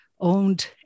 owned